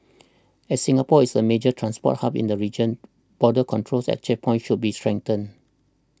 as Singapore is a major transport hub in the region border control at checkpoints should be strengthened